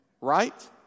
right